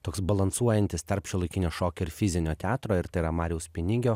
toks balansuojantis tarp šiuolaikinio šokio ir fizinio teatro ir tai yra mariaus pinigio